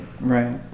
Right